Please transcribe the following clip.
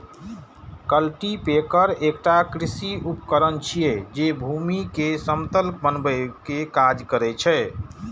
cultipacker एकटा कृषि उपकरण छियै, जे भूमि कें समतल बनबै के काज करै छै